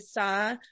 saw